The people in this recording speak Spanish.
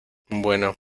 bueno